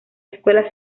escuela